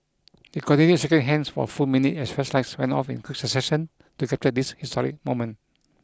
they continued shaking hands for a full minute as flashlights went off in quick succession to capture this historic moment